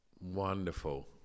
Wonderful